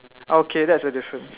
okay that's a difference